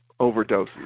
overdoses